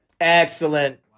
Excellent